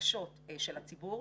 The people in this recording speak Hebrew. ובבקשות של הציבור.